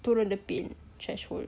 turun a bit the pain threshold